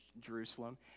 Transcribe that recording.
Jerusalem